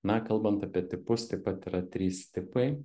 na kalbant apie tipus taip pat yra trys tipai